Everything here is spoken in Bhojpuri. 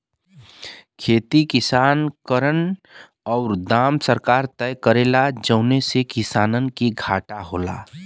खेती किसान करेन औरु दाम सरकार तय करेला जौने से किसान के घाटा होला